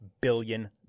billion